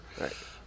Right